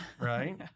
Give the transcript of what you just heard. right